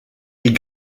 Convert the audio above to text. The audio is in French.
est